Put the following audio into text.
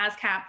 ASCAP